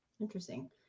Interesting